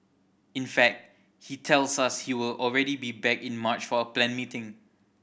in fact he tells us he will already be back in March for a planned meeting